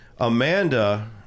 Amanda